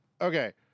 Okay